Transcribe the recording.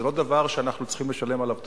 זה לא דבר שאנחנו צריכים לשלם עליו תמורה.